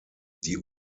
die